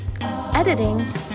Editing